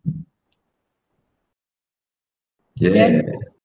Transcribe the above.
ya